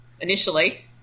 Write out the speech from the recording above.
initially